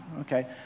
okay